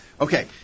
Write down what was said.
Okay